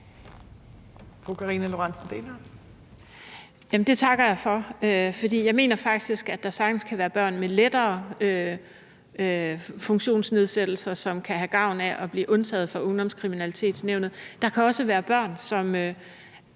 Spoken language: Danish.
Det takker jeg for, for jeg mener faktisk, at der sagtens kan være børn med lettere funktionsnedsættelser, som kan have gavn af at blive undtaget for Ungdomskriminalitetsnævnet. Der kan også være andre